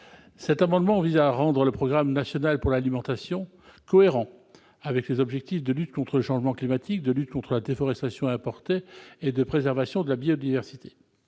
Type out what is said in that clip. Cet amendement vise à mettre le programme national pour l'alimentation en cohérence avec les objectifs de lutte contre le changement climatique, de lutte contre la déforestation importée et de préservation de la biodiversité.